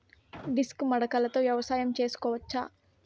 Disc మడకలతో వ్యవసాయం చేసుకోవచ్చా??